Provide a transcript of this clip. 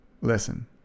Listen